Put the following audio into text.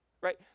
Right